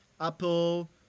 Apple